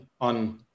on